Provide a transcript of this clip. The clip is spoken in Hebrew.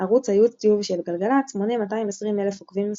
ערוץ היוטיוב של גלגלצ מונה 220 אלף עוקבים נוספים.